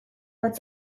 bat